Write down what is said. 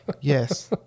Yes